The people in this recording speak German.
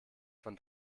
von